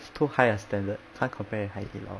it's too high a standard can't compare with hai di lao